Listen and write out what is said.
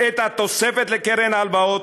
את התוספת לקרן הלוואות,